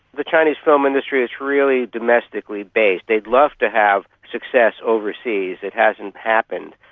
the chinese film industry is really domestically based. they'd love to have success overseas. it hasn't happened.